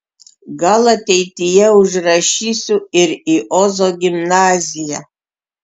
gal ateityje užrašysiu ir į ozo gimnaziją